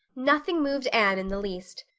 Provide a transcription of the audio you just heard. nothing moved anne in the least.